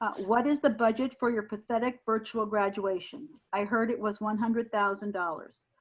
what is the budget for your pathetic virtual graduation? i heard it was one hundred thousand dollars.